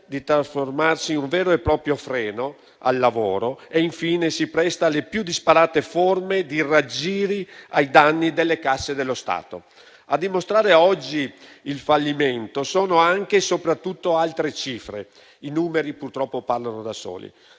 di trasformarsi in un vero e proprio freno al lavoro e, infine, si presta alle più disparate forme di raggiri ai danni delle casse dello Stato. A dimostrare oggi il fallimento sono anche e soprattutto altre cifre. I numeri, purtroppo, parlano da soli.